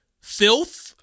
filth